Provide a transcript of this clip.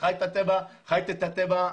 חי את הטבע,